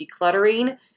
decluttering